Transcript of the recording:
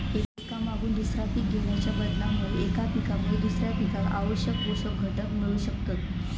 एका मागून दुसरा पीक घेणाच्या बदलामुळे एका पिकामुळे दुसऱ्या पिकाक आवश्यक पोषक घटक मिळू शकतत